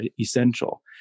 essential